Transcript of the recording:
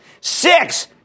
Six